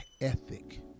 ethic